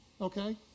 okay